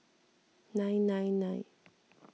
nine nine nine